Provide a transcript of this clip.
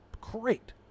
Great